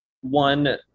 One